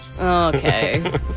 Okay